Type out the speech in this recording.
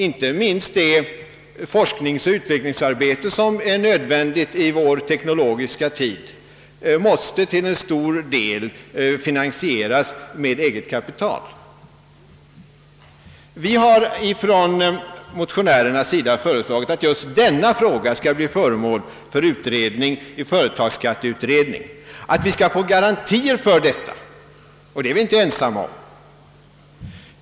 Inte minst det forskningsoch utvecklingsarbete som är nödvändigt i vår teknokratiska tid måste till stor del finansieras av eget kapital. Vi motionärer har föreslagit att just denna fråga skall bli föremål för be handling i företagsskatteutredningen, att vi skall få garantier för detta. Och det är vi inte ensamma om.